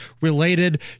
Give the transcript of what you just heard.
related